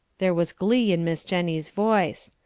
there was glee in miss jennie's voice.